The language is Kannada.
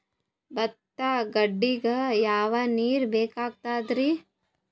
ಭತ್ತ ಗದ್ದಿಗ ಯಾವ ನೀರ್ ಬೇಕಾಗತದರೀ?